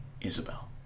Isabel